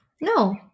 No